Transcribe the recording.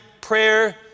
prayer